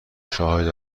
شاهد